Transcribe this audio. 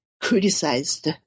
criticized